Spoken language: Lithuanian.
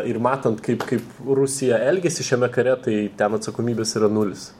ir matant kaip kaip rusija elgiasi šiame kare tai ten atsakomybės yra nulis